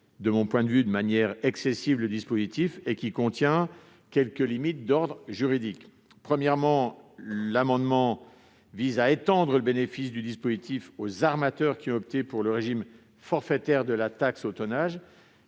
de mon point de vue de manière excessive -le dispositif et contient quelques limites d'ordre juridique. Premièrement, ledit amendement vise à étendre le bénéfice du dispositif aux armateurs qui ont opté pour le régime forfaitaire de la taxe au tonnage.